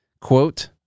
Quote